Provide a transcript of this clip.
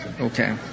Okay